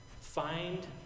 find